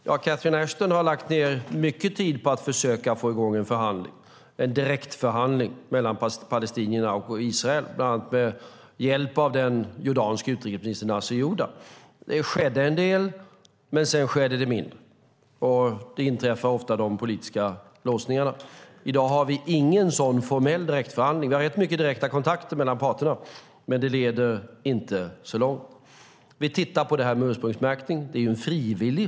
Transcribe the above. Catherine Ashton har lagt ned mycket tid på att försöka få i gång en förhandling, en direktförhandling, mellan palestinierna och Israel, med hjälp av bland andra den jordanske utrikesministern Nasser Judeh. Det skedde en del, men sedan skedde det mindre. Det inträffar ofta i de politiska låsningarna. I dag har vi ingen sådan formell direktförhandling. Vi har rätt mycket direkta kontakter mellan parterna, men de leder inte så långt. Vi tittar på frågan om ursprungsmärkning. Ursprungsmärkningen är frivillig.